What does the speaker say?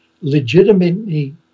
legitimately